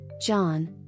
John